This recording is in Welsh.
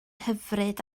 hyfryd